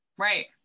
Right